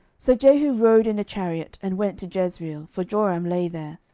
so jehu rode in a chariot, and went to jezreel for joram lay there.